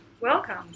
welcome